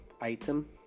item